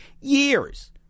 years